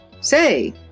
Say